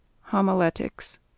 Homiletics